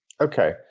Okay